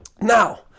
Now